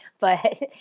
but-